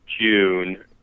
June